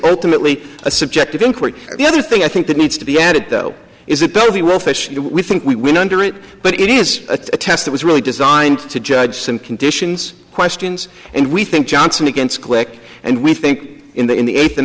ultimately a subject of inquiry the other thing i think that needs to be added though is it does we will fish we think we win under it but it is a test that was really designed to judge some conditions questions and we think johnson against quick and we think in the in the eighth and